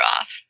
off